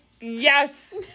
Yes